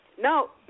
no